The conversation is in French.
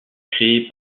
créés